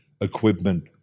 equipment